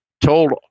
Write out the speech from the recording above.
told